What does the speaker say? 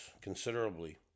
considerably